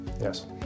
Yes